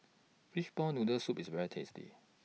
Fishball Noodle Soup IS very tasty